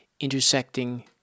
intersecting